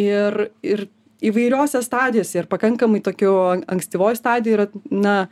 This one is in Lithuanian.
ir ir įvairiose stadijose ir pakankamai tokioj ankstyvoj stadijoj yra na